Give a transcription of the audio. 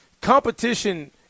Competition